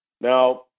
Now